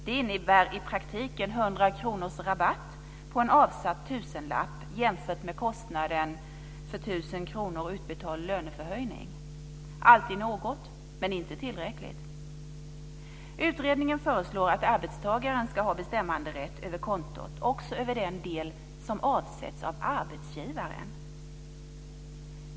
Det innebär i praktiken 100 kronors rabatt på en avsatt tusenlapp, jämfört med med kostnaden för 1 000 kr i utbetald löneförhöjning. - Alltid något, men inte tillräckligt. Utredningen föreslår att arbetstagaren ska ha bestämmanderätt över kontot, också över den del som avsätts av arbetsgivaren.